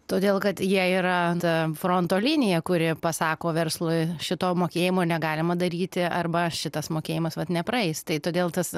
todėl kad jie yra ta fronto linija kuri pasako verslui šito mokėjimo negalima daryti arba šitas mokėjimas vat nepraeis tai todėl tas